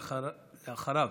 אחריו,